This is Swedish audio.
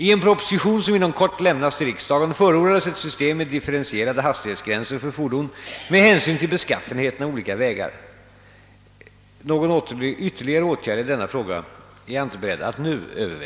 I en proposition som inom kort lämnas till riksdagen förordas ett system med differentierade hastighetsgränser för fordon med hänsyn till beskaffenheten av olika vägar. Någon ytterligare åtgärd i denna fråga är jag inte beredd att nu överväga.